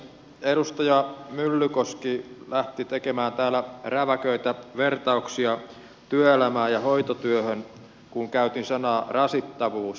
edustaja myllykoski lähti tekemään täällä räväköitä vertauksia työelämään ja hoitotyöhön kun käytin sanaa rasittavuus